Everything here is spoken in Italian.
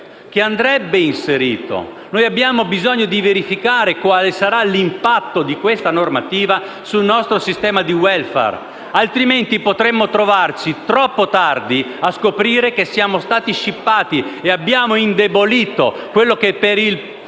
che andrebbe inserito. Noi abbiamo bisogno di verificare quale sarà l'impatto di questa normativa sul nostro sistema di *welfare*, altrimenti potremmo trovarci troppo tardi a scoprire che siamo stati scippati avendo indebolito quello che per il